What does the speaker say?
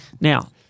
Now-